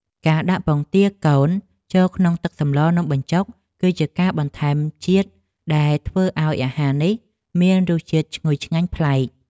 ការដាក់ពងទាកូនចូលក្នុងទឹកសម្លនំបញ្ចុកគឺជាការបន្ថែមជាតិដែលធ្វើឱ្យអាហារនេះមានរសជាតិឈ្ងុយឆ្ងាញ់ប្លែក។